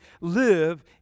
live